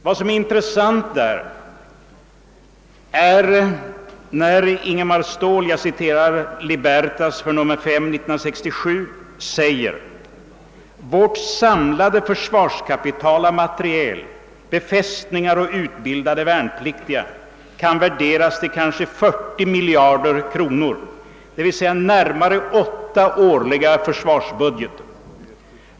Det intressanta är när Ingemar Ståhl — jag citerar nu Libertas nr 5 för år 1967 — uttalar att »vårt samlade försvarskapital av materiel, be fästningar och utbildade värnpliktiga kan värderas till kanske 40 miljarder kr., d.v.s. närmare 8 årliga försvarsbudgeter.